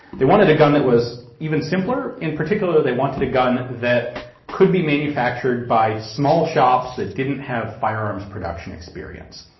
they wanted a gun that was even simpler. in particular, they wanted a gun that could be manufactured by small shops that didn't have firearms production experience.